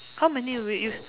how many we use